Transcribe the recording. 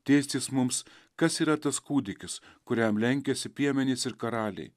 dėstys mums kas yra tas kūdikis kuriam lenkiasi piemenys ir karaliai